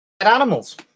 animals